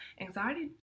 Anxiety